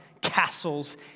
castles